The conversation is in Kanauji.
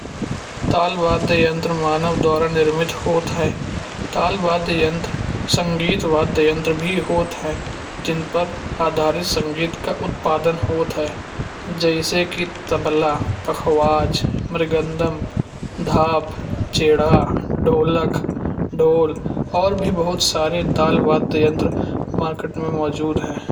ताल वाद्य यंत्र मानव द्वारा निर्मित होत है। ताल वाद्य यंत्र संगीत वाद्य यंत्र भी होत है। जिन पर आधारित संगीत का उत्पादन होत है जैसे कि तबला पखावज, मृगंदम, छेड़ा, ढोलक, ढोल और भी बहुत सारे ताल वाद्य यंत्र मार्केट में मौजूद है।